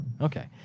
Okay